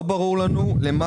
לא ברור לנו למה